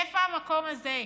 איפה המקום הזה?